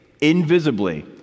invisibly